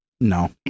No